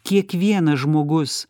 kiekvienas žmogus